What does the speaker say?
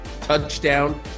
touchdown